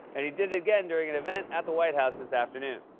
and he did it again during an event at the white house this afternoon.